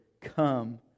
come